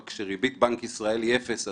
אבל כשריבית בנק ישראל היא אפס,